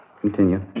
Continue